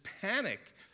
panic